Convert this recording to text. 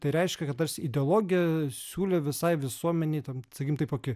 tai reiškia kad tarsi ideologija siūlė visai visuomenei ten sakykim taip kokį